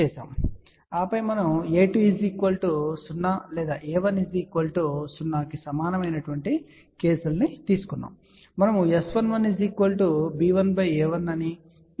ఆపై మనము a2 0 లేదా a1 0 కు సమానమైన కేసులను తీసుకున్నాము మరియు మనము S11b1a1ని నిర్వచించాము